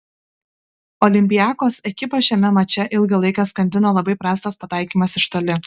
olympiakos ekipą šiame mače ilgą laiką skandino labai prastas pataikymas iš toli